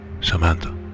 Samantha